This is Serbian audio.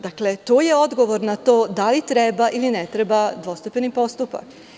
Dakle, to je odgovor na to da li treba ili ne treba dvostepeni postupak.